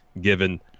given